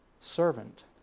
servant